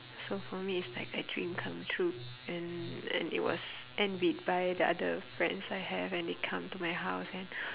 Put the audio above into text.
so for me it's like a dream come true and and it was envied by the other friends I have when they come to my house and